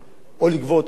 או לגבות או לא לגבות.